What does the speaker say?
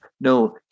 no